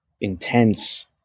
intense